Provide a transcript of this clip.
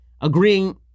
agreeing